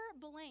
blame